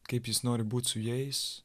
kaip jis nori būt su jais